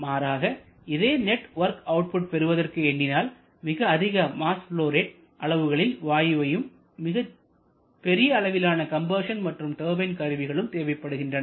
மாறாக இதே network output பெறுவதற்கு எண்ணினால் மிக அதிக மாஸ் ப்லொவ் ரேட் அளவுகளில் வாயுவையும் மற்றும் மிகப் பெரிய அளவிலான கம்ப்ரசர் மற்றும் டர்பைன் கருவிகளும் தேவைப்படுகின்றன